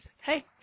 Hey